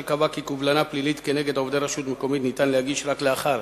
שקבע כי ניתן להגיש קובלנה פלילית נגד עובדי רשות מקומית רק לאחר